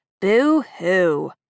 Boo-hoo